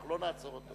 אנחנו לא נעצור אותו.